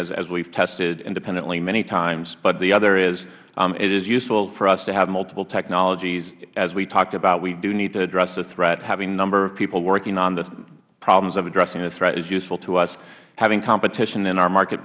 as we have tested it independently many times but the other is it is useful for us to have multiple technologies as we talked about we do need to address the threat having a number of people working on the problems of addressing the threat is useful to us having competition in our